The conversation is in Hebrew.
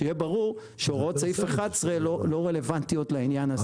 שיהיה ברור שהוראות סעיף 11 לא רלוונטיות לעניין הזה.